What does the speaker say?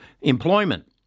employment